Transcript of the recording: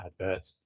advert